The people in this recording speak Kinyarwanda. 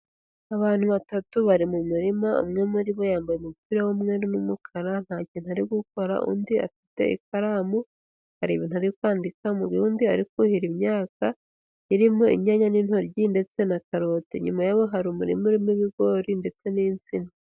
Abantu batatu bari mu murima, umwe muri bo yambaye umupira w'umweru n'umukara nta kintu ari gukora, undi afite ikaramu hari ibintu ari kwandika, mu gihe undi ari kuhira imyaka irimo inyanya n'intoryi ndetse na karoti, inyuma yabo hari umurima urimo ibigori ndetse n'insina.